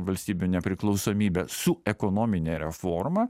valstybių nepriklausomybę su ekonomine reforma